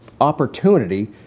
opportunity